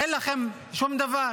אין לכם שום דבר?